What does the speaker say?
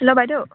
hello বাইদেউ